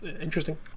interesting